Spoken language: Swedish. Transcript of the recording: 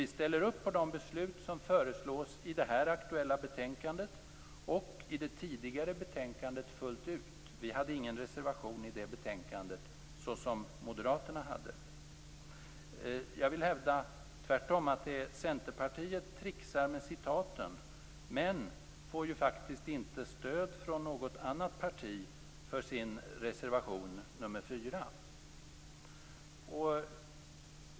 Vi ställer upp på de beslut som föreslås i det aktuella betänkandet och i det tidigare betänkandet fullt ut. Vi hade ingen reservation till det betänkandet såsom moderaterna hade. Jag vill tvärtom hävda att det är Centerpartiet som trixar med citaten, men man får inte stöd av något annat parti för sin reservation nr 4.